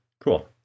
cool